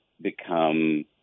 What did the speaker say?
become